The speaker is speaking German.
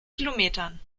kilometern